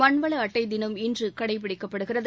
மண்வள அட்டை தினம் இன்று கடைபிடிக்கப்படுகிறது